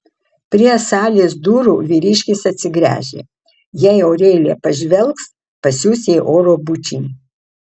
prie salės durų vyriškis atsigręžė jei aurelija pažvelgs pasiųs jai oro bučinį